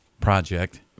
project